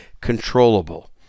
controllable